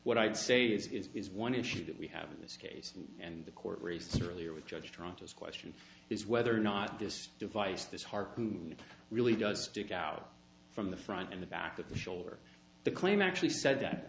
what i'd say this is one issue that we have in this case and the court raised earlier with judge toronto's question is whether or not this device this harpoon really does stick out from the front in the back of the shoulder the claim actually said that